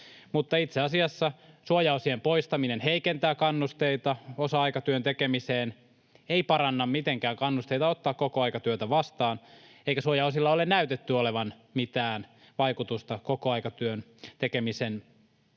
mutta itse asiassa suojaosien poistaminen heikentää kannusteita osa-aikatyön tekemiseen, ei paranna mitenkään kannusteita ottaa kokoaikatyötä vastaan, eikä suojaosilla ole näytetty olevan mitään vaikutusta kokoaikatyön tekemisen